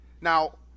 Now